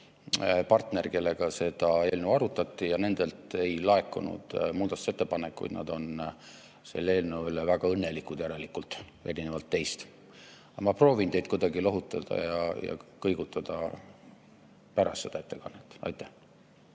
partner, kellega seda eelnõu arutati. Ja nendelt ei laekunud muudatusettepanekuid, nad on selle eelnõu üle väga õnnelikud järelikult, erinevalt teist. Aga ma proovin teid kuidagi lohutada ja kõigutada pärast seda ettekannet. Aitäh!